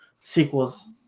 sequels